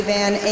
Van